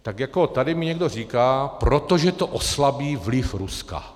Tak jako tady mi někdo říká: Protože to oslabí vliv Ruska.